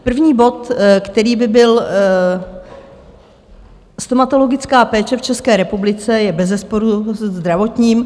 První bod, který by byl Stomatologická péče v České republice je bezesporu zdravotním.